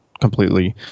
completely